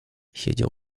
siedział